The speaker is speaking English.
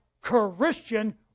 Christian